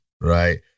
right